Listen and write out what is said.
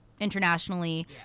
internationally